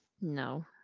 no